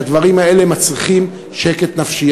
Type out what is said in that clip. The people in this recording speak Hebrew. שהדברים האלה מצריכים שקט נפשי.